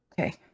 Okay